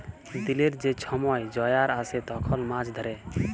দিলের যে ছময় জয়ার আসে তখল মাছ ধ্যরে